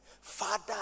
Father